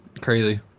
crazy